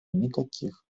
никаких